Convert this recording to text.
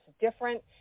different